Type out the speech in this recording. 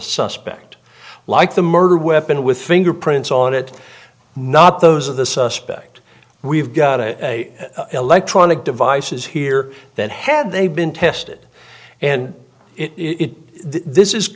suspect like the murder weapon with fingerprints on it not those of the suspect we've got a electronic devices here that had they been tested and it this is